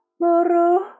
moro